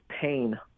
pain